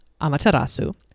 Amaterasu